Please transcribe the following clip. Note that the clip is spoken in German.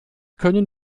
können